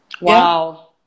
Wow